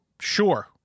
sure